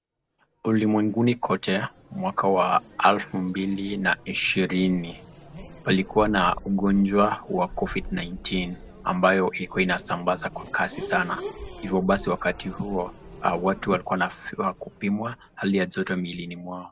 Ulimwenguni kote, mwaka wa elfu mbili na ishirini, palikuwa na ugonjwa wa covid-19 ambayo ilikuwa inasambaza kwa kasi sana, hivo basi wakati huo watu walikuwa wanafaa kupimwa hali ya joto mwilini mwao.